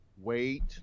wait